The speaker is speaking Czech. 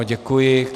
Děkuji.